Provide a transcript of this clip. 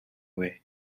way